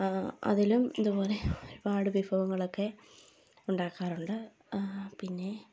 അതിലും ഇത്പോലെ ഒരുപാട് വിഭവങ്ങളൊക്കെ ഉണ്ടാക്കാറുണ്ട് പിന്നെ